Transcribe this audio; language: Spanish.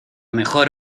mejor